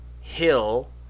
Hill